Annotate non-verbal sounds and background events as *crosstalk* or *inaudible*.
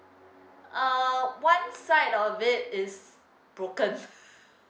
uh one side of it is broken *noise*